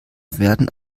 werden